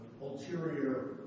ulterior